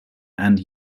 and